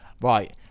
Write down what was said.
right